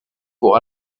pour